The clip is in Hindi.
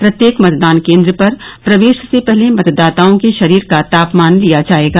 प्रत्येक मतदान केन्द्र पर प्रवेश से पहले मतदाताओं के शरीर का तापमान लिया जाएगा